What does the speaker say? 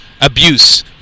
Abuse